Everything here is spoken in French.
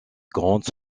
grandes